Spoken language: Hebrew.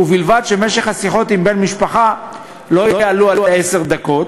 ובלבד שמשך השיחות עם בן משפחה לא יעלו על עשר דקות,